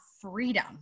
freedom